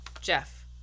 Jeff